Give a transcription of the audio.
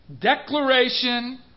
declaration